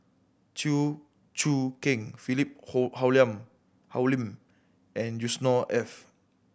Chew Choo Keng Philip Hoalim and Yusnor Ef